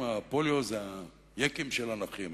הפוליו זה הייקים של הנכים,